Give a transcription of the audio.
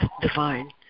divine